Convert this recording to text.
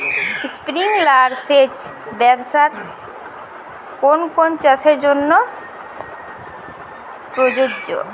Sprinkler সেচ ব্যবস্থার কোন কোন চাষের জন্য প্রযোজ্য?